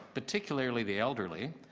particularly the elderly,